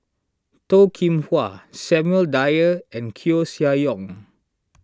Toh Kim Hwa Samuel Dyer and Koeh Sia Yong